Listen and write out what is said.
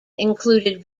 included